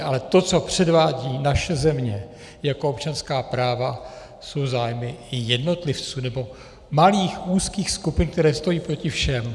Ale to, co předvádí naše země jako občanská práva, jsou zájmy jednotlivců nebo malých úzkých skupin, které stojí proti všem.